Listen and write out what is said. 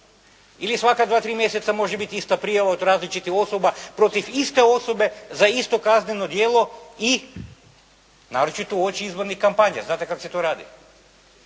Ili sva dva, tri mjeseca može biti ista prijava od različitih osoba protiv iste osobe za isto kazneno djelo i naročito uoči izbornih kampanja, znate kako se to radi.